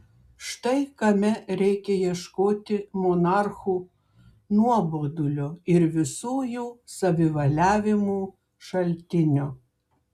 štai kame reikia ieškoti monarchų nuobodulio ir visų jų savivaliavimų šaltinio